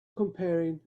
comparing